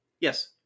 Yes